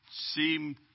seem